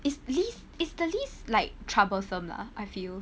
it's least is the least like troublesome lah I feel